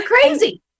crazy